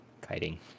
kiting